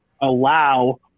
allow